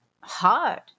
hard